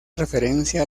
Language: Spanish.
referencia